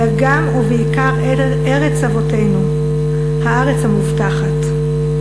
אלא גם, ובעיקר, ארץ אבותינו, הארץ המובטחת.